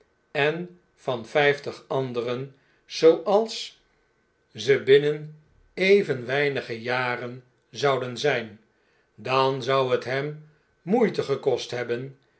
en van vn'ftig anderen zooals ze binnen even weinige jaren zouden zijn dan zou het hem moeite gekost hebben